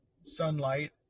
sunlight